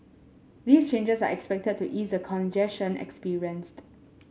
these changes are expected to ease the congestion experienced